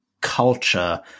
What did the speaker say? culture